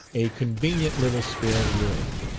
a convenient little spare room,